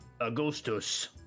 Augustus